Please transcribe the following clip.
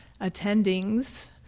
attendings